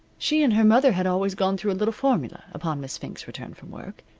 she and her mother had always gone through a little formula upon miss fink's return from work.